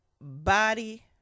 body